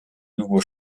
nouveau